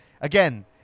again